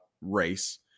race